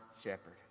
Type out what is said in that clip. shepherd